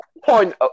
Point